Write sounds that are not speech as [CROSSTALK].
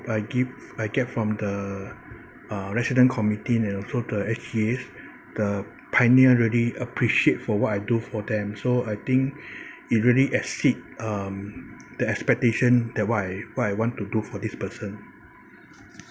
I give I get from the uh resident committee and also the the pioneer really appreciate for what I do for them so I think [BREATH] it really exceed um the expectation that what what I want to do for this person